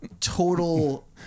total